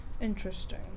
Interesting